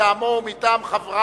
שמוצגת מטעם עצמו ומטעם חבריו,